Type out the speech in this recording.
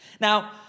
Now